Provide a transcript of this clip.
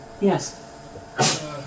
Yes